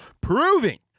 proving